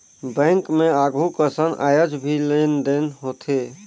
bank मे आघु कसन आयज भी लेन देन होथे